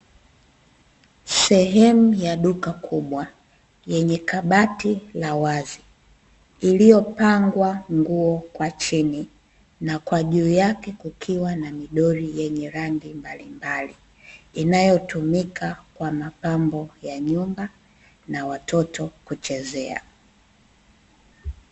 Sehemu ya duka kubwa yenye kabati la wazi, iliyopangwa nguo kwa chini na kwa juu yake kukiwa na midoli yenye rangi mbalimbali inayotumika kwa mapambo ya nyumba na watoto kuchezea.